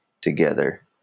together